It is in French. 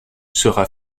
sera